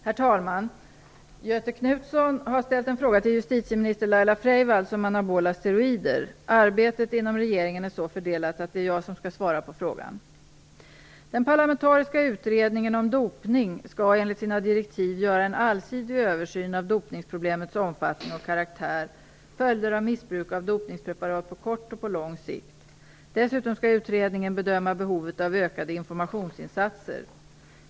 Herr talman! Göthe Knutson har ställt en fråga till justitieminister Laila Freivalds om anabola steroider. Arbetet inom regeringen är så fördelat att det är jag som skall svara på frågan. Den parlamentariska utredningen om dopning skall, enligt sina direktiv , göra en allsidig översyn av dopningsproblemets omfattning och karaktär, följder av missbruk av dopningspreparat på kort och på lång sikt. Dessutom skall utredningen bedöma behovet av ökade informationsinsatser.